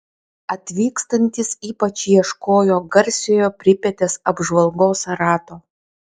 atvykstantys ypač ieškojo garsiojo pripetės apžvalgos rato